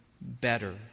better